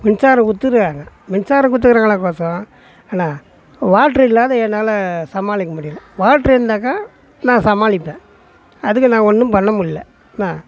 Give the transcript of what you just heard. மின்சாரம் கொடுத்துக்குறாங்க மின்சாரம் கொடுத்துக்குறாங்களே கொசம் என்ன வாட்ரு இல்லாத என்னால் சமாளிக்க முடியல வாட்ரு இருந்தாக்கா நான் சமாளிப்பேன் அதுக்கு நான் ஒன்னும் பண்ண முடில்ல என்ன